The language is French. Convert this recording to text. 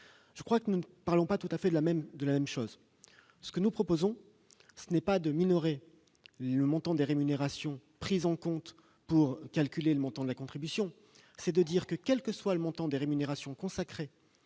je crois que nous ne parlons pas tout à fait de la même chose. Le Gouvernement ne propose pas de minorer le montant des rémunérations prises en compte pour calculer le montant de la contribution. Il souhaite que, quel que soit le montant des rémunérations consacrées